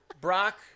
Brock